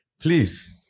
Please